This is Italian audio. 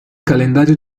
calendario